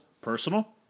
personal